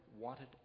wanted